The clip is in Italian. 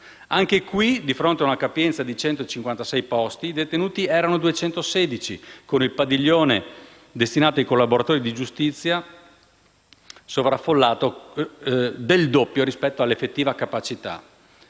Anche qui, di fronte ad una capienza di 156 posti, i detenuti erano 216 con il padiglione destinato ai collaboratori di giustizia sovraffollato del doppio rispetto all'effettiva capacità.